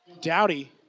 Dowdy